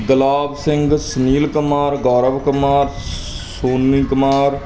ਗੁਲਾਬ Singh Sunil Kumar Gaurav Kumar Soni Kumar